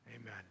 Amen